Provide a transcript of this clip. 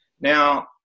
Now